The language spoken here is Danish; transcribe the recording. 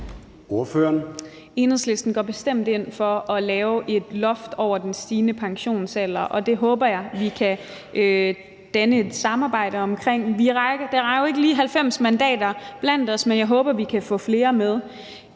Enhedslisten går bestemt ind for at lave et loft over den stigende pensionsalder, og det håber jeg vi kan danne et samarbejde om. Det rækker jo ikke lige til 90 mandater blandt os, men jeg håber, vi kan få flere med.